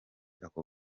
ako